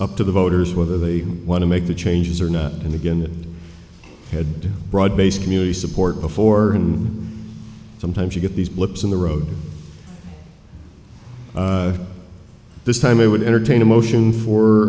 up to the voters whether they want to make the changes or not and again they had broad based community support before and sometimes you get these blips in the road this time i would entertain a motion for